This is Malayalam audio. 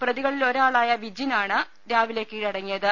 പ്രതികളി ലൊരാളായ വിജിനാണ് രാവിലെ കീഴടങ്ങിയത്